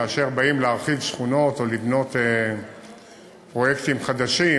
כאשר באים להרחיב שכונות או לבנות פרויקטים חדשים,